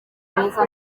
mwiza